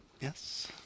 Yes